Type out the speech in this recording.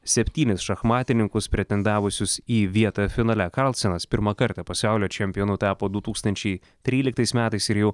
septynis šachmatininkus pretendavusius į vietą finale karlsenas pirmą kartą pasaulio čempionu tapo du tūkstančiai tryliktais metais ir jau